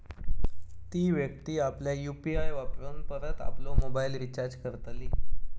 ती व्यक्ती आपल्या यु.पी.आय वापरून परत आपलो मोबाईल रिचार्ज करतली